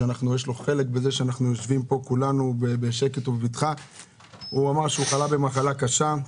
שיש לו חלק בזה שאנחנו יושבים פה כולנו בשקט ובבטחה - חלה במחלה קשה,